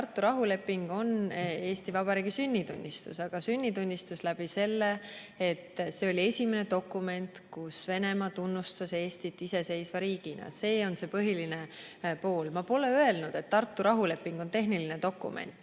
Tartu rahuleping on Eesti Vabariigi sünnitunnistus, aga sünnitunnistus selles mõttes, et see oli esimene dokument, kus Venemaa tunnustas Eestit iseseisva riigina. See on see põhiline pool. Ma pole öelnud, et Tartu rahuleping on tehniline dokument,